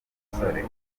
umusore